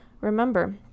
remember